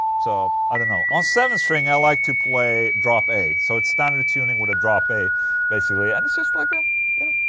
so. i don't know on seven strings i like to play drop a, so it's standard tuning with a drop a basically and it's just like ah yeah.